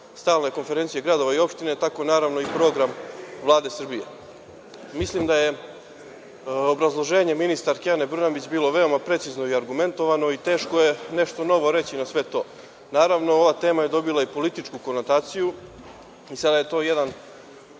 Stalne konferencije gradova i opština, tako naravno i program Vlade Srbije. Mislim da je obrazloženje ministarke Ane Brnabić bilo veoma precizno i argumentovano i teško je nešto novo reći na sve to. Naravno, ova tema je dobila i političku konotaciju i sada je to jedan